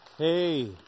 Hey